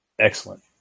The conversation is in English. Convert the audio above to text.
Excellent